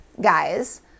guys